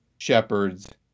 Shepherds